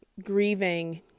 grieving